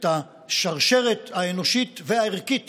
את השרשרת האנושית והערכית